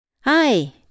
Hi